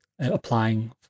applying